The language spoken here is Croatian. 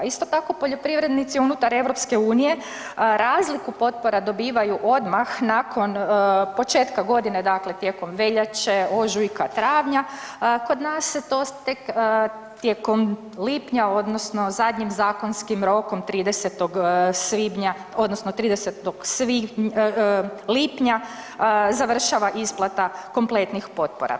Isto tako poljoprivrednici unutar EU razliku potpora dobivaju odmah nakon početka godine dakle tijekom veljače, ožujka, travnja, a kod nas je to tek tijekom lipnja odnosno zadnjim zakonskim rokom 30. svibnja odnosno 30. lipnja završava isplata kompletnih potpora.